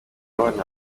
abana